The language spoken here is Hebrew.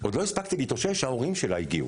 עוד לא הספקתי להתאושש, וההורים שלה הגיעו,